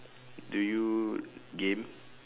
do you game